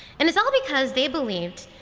and it's all because they believed,